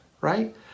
right